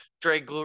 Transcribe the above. Dre